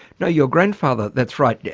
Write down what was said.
no, your grandfather, that's right, yeah